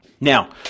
Now